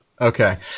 Okay